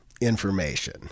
information